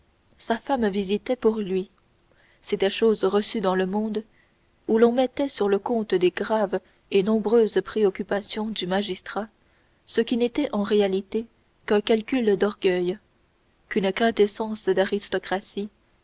sa femme visitait pour lui c'était chose reçue dans le monde où l'on mettait sur le compte des graves et nombreuses occupations du magistrat ce qui n'était en réalité qu'un calcul d'orgueil qu'une quintessence d'aristocratie